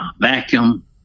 vacuum